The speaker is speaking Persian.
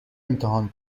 امتحان